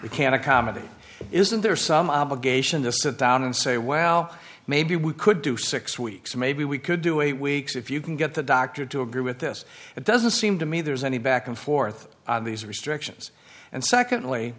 we can't accommodate isn't there some obligation to sit down and say well maybe we could do six weeks maybe we could do a weeks if you can get the doctor to agree with this it doesn't seem to me there's any back and forth these restrictions and so secondly